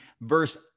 verse